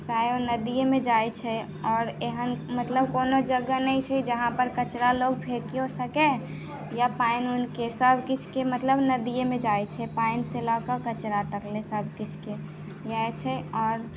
सेहो नदियैमे जाइ छै आओर एहन मतलब कोनो जगह नहि छै जहाँ पर कचरा लोक फेँकियो सकै या पानि वाइनके सभ किछुके मतलब नदियैमे जाइ छै पाइन से लऽके कचरा तक ले सभ चीजके इएहै छै आओर